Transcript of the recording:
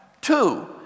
Two